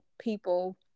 people